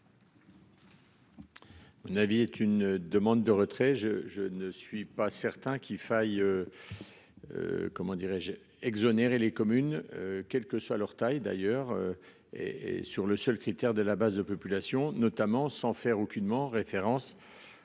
Mon avis est une demande de retrait je je ne suis pas certain qu'il faille. Comment dirais-je, exonérer les communes. Quelle que soit leur taille, d'ailleurs. Et et sur le seul critère de la base de population notamment sans faire aucunement référence